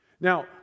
Now